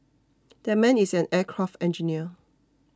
that man is an aircraft engineer